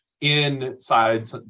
inside